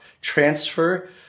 transfer